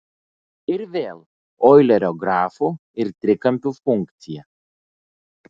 ir vėl oilerio grafų ir trikampių funkcija